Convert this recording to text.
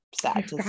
sad